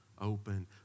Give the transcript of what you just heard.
open